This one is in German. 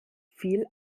viel